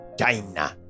China